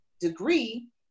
degree